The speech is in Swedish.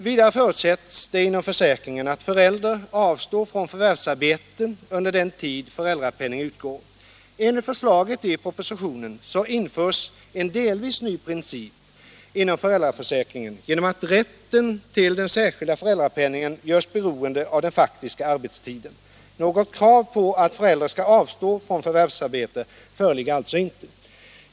Vidare förutsätts det inom försäkringen att föräldern avstår från förvärvsarbete under den tid föräldrapenningen utgår. Enligt förslaget i propositionen införs en delvis ny princip inom föräldraförsäkringen genom att rätten till den särskilda föräldrapenningen görs beroende av den faktiska arbetstiden. Något krav på att föräldern skall avstå från förvärvsarbete föreligger således inte.